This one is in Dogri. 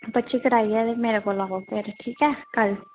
पर्ची कटाइयै ते मेरे कोल आओ फिुर ठीक ऐ कल